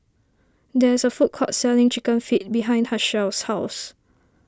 there is a food court selling Chicken Feet behind Hershell's house